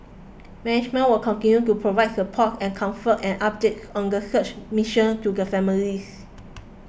management will continue to provide support and comfort and updates on the search mission to the families